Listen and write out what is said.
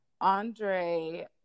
Andre